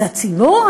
אז הציבור?